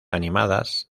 animadas